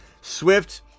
Swift